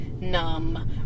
numb